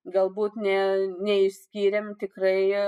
galbūt ne neišskyrėm tikrai